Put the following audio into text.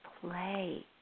play